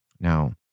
Now